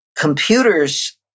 Computers